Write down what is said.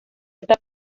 está